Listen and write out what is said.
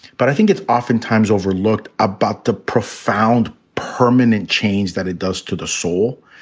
but i think it's oftentimes overlooked about the profound permanent change that it does to the soul,